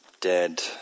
dead